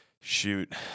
Shoot